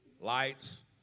lights